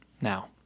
Now